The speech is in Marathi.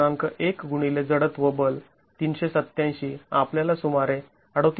१ गुणिले जडत्व बल ३८७ आपल्याला सुमारे ३८